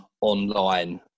online